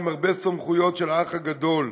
עם הרבה סמכויות של "האח הגדול".